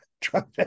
Trump